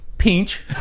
Pinch